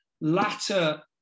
Latter